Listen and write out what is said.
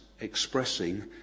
expressing